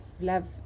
love